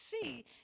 see